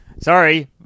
Sorry